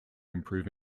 improve